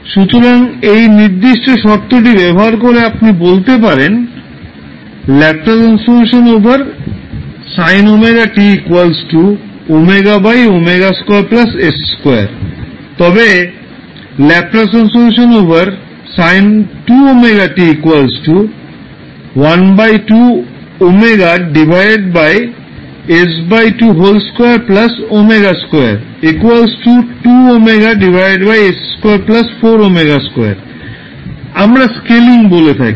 সুতরাং এই নির্দিষ্ট শর্তটি ব্যবহার করে আপনি বলতে পারেন তবে আমরা স্কেলিং বলে থাকি